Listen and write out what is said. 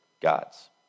God's